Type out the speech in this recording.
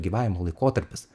gyvavimo laikotarpis